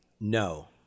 No